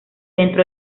dentro